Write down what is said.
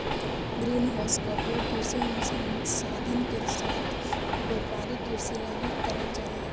green house का उपयोग कृषि अनुसंधान के साथ साथ व्यापारिक कृषि ला भी करल जा हई